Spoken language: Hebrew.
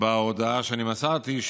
בהודעה שאני מסרתי,